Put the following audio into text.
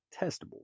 testable